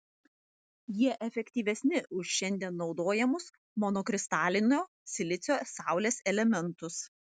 jie efektyvesni už šiandien naudojamus monokristalinio silicio saulės elementus